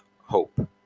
hope